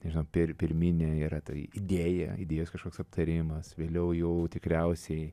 nežinau pir pirminė yra tai idėją idėjos kažkoks aptarimas vėliau jau tikriausiai